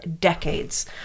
decades